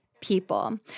people